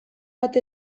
bat